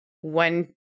one